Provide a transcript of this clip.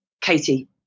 Katie